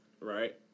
Right